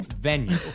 venue